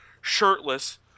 Shirtless